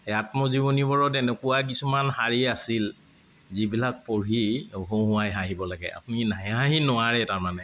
এই আত্মজীৱনীবোৰত এনেকুৱা কিছুমান শাৰী আছিল যিবিলাক পঢ়ি হঁহুৱাই হাঁহিব লাগে আপুনি নেহাঁহি নোৱাৰে তাৰমানে